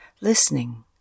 listening